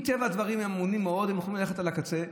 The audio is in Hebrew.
מטבע הדברים, הם יכולים ללכת על הקצה.